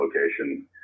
location